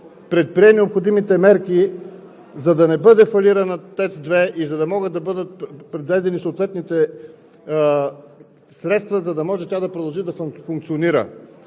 предприе необходимите мерки, за да не бъде фалирана ТЕЦ 2, и за да могат да бъдат преведени съответните средства, за да може тя да продължи да функционира.